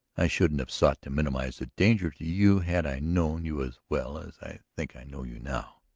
i shouldn't have sought to minimize the danger to you had i known you as well as i think i know you now.